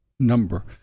number